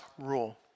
rule